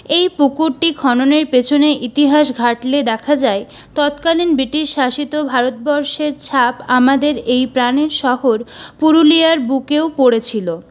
এই পুকুরটি খননের পেছনে ইতিহাস ঘাঁটলে দেখা যায় তৎকালীন ব্রিটিশ শাসিত ভারতবর্ষের ছাপ আমাদের এই প্রাণের শহর পুরুলিয়ার বুকেও পড়েছিলো